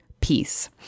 peace